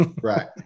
Right